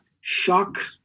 shock